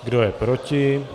Kdo je proti?